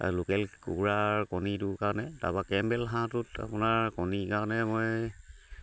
local কুকুৰাৰ কণীটোৰ কাৰণে তাৰ পৰা কেমবেল হাঁহটোত আপোনাৰ কণীৰ কাৰণে মই